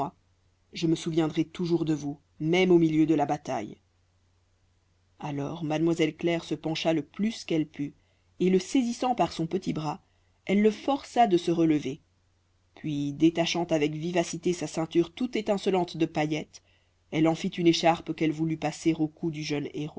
je me souviendrai toujours de vous même au milieu de la bataille alors mademoiselle claire se pencha le plus qu'elle put et le saisissant par son petit bras elle le força de se relever puis détachant avec vivacité sa ceinture toute étincelante de paillettes elle en fit une écharpe qu'elle voulut passer au cou du jeune